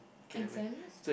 exams